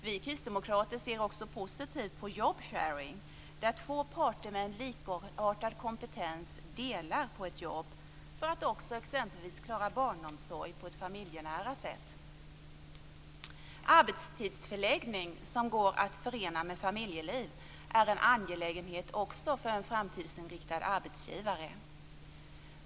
Vi kristdemokrater ser positivt på job sharing, där två parter med en likartad kompetens delar på ett jobb för att också exempelvis klara barnomsorg på ett familjenära sätt. Arbetstidsförläggning som går att förena med familjeliv är en angelägenhet också för en framtidsinriktad arbetsgivare.